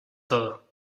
todo